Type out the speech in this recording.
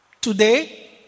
Today